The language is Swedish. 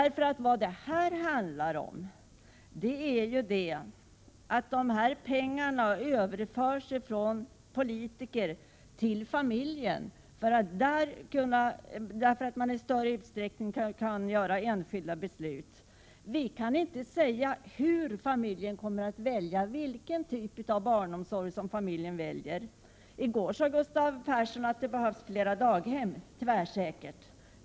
Vad det handlar om är att de pengar som det gäller överförs från politikernas till familjernas sfär, så att de senare i större utsträckning kan fatta enskilda beslut. Vi kan då inte säga vilken typ av barnomsorg som familjen kommer att välja. I går sade Gustav Persson tvärsäkert att det behövs flera daghem.